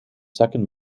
second